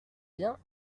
bien